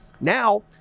Now